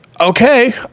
okay